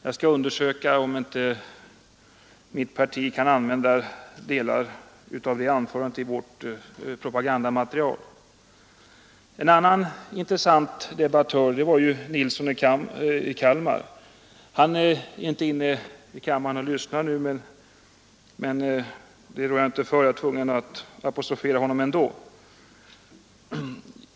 Jag skall undersöka om inte mitt parti kan använda delar av det anförandet i vårt propagandamaterial. En annan intressant debattör var herr Nilsson i Kalmar. Han är inte inne i kammaren och lyssnar nu — det rår jag inte för, jag är tvungen att apostrofera honom ändå.